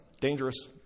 dangerous